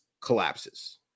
collapses